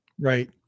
Right